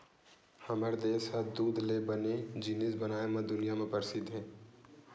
हमर देस ह दूद ले बने जिनिस बनाए म दुनिया म परसिद्ध हे